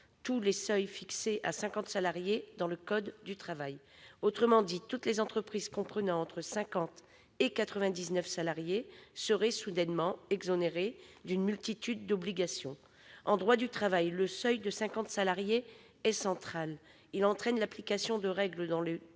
tous les seuils fixés à 50 salariés dans le code du travail. Autrement dit, toutes les entreprises comprenant entre 50 et 99 salariés seraient soudainement exonérées d'une multitude d'obligations. En droit du travail, le seuil de 50 salariés est central. Il entraîne l'application de règles dans des